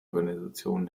organisation